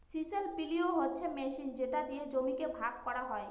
chisel plough হচ্ছে machine যেটা দিয়ে জমিকে ভাগ করা হয়